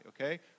Okay